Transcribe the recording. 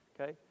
Okay